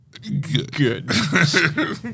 good